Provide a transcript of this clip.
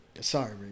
Sorry